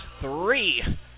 three